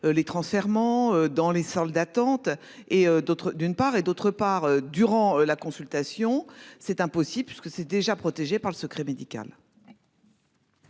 Les transfèrements dans les salles d'attente et d'autres, d'une part et d'autre part durant la consultation c'est impossible puisque c'est déjà protégés par le secret médical.